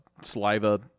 saliva